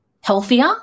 healthier